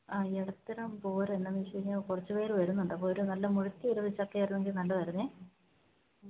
ആ ഈ ഇടത്തരം പോരാ എന്നാന്ന് ചോദിച്ച് കഴിഞ്ഞാൽ കുറച്ച് പേര് വരുന്നുണ്ട് അപ്പം ഒരു നല്ല മുഴുത്ത ഒരു ചക്കയായിരുന്നെങ്കില് നല്ലതായിരുന്നു